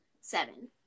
seven